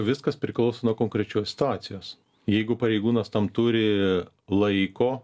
viskas priklauso nuo konkrečios situacijos jeigu pareigūnas tam turi laiko